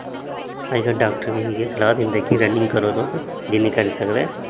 अज्जकल डाॅक्टर बी इ'यै सलाह दिंदे कि रनिंग करो तुस जिन्नी करी सकदा ऐ